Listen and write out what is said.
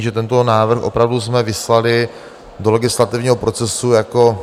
Že tento návrh jsme opravdu vyslali do legislativního procesu jako